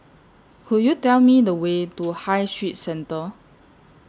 Could YOU Tell Me The Way to High Street Centre